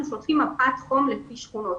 מפת חום לפי שכונות.